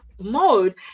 mode